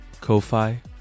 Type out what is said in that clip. Ko-Fi